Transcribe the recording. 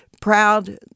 Proud